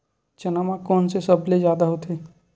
चना म कोन से सबले जादा होथे?